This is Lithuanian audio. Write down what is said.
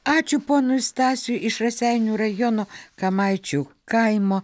ačiū ponui stasiui iš raseinių rajono kamaičių kaimo